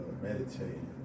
meditating